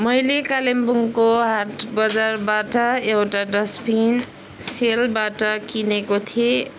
मैले कालेङपुङको हाट बजारबाट एउटा डस्टबिन सेलबाट किनेको थिएँ